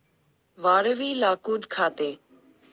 वाळवी लाकूड खाते